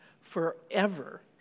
forever